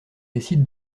décide